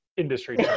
industry